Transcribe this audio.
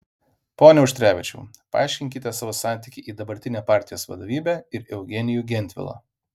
pone auštrevičiau paaiškinkite savo santykį į dabartinę partijos vadovybę ir eugenijų gentvilą